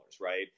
right